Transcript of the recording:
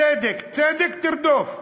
צדק צדק תרדוף.